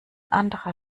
anderer